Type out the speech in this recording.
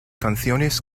canciones